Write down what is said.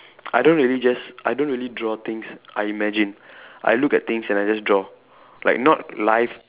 I don't really just I don't really draw things I imagine I look at things and then I just draw like not live